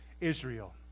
Israel